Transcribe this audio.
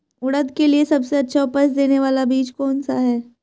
उड़द के लिए सबसे अच्छा उपज देने वाला बीज कौनसा है?